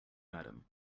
madam